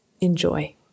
Enjoy